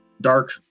dark